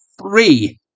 three